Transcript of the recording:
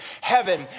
heaven